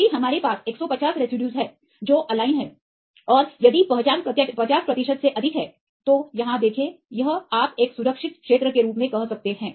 यदि हमारे पास 150 रेसिड्यूज हैं जो एलाइन हैं और यदि पहचान 50 प्रतिशत से अधिक है तो यहां देखें यह आप एक सुरक्षित क्षेत्र के रूप में कह सकते हैं